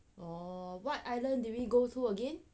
oh what island did we go to again